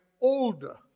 older